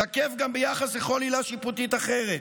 תקף גם ביחס לכל עילה שיפוטית אחרת.